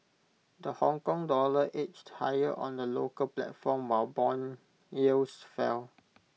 the Hongkong dollar edged higher on the local platform while Bond yields fell